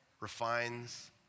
refines